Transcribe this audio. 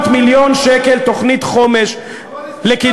800 מיליון שקל תוכנית חומש, אבל